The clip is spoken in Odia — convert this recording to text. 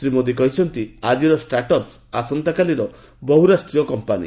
ଶ୍ରୀ ମୋଦି କହିଛନ୍ତି ଆଜିର ଷ୍ଟାଟ୍ ଅପ୍ସ୍ ଆସନ୍ତାକାଲିର ବହୁରାଷ୍ଟ୍ରୀୟ କମ୍ପାନୀ